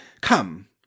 Come